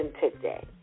today